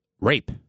rape